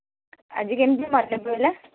ଆଜି କେମତି ମନେ ପଇଲା